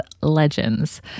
legends